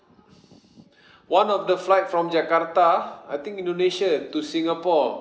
one of the flight from jakarta I think indonesia to singapore